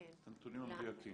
את הנתונים המדויקים.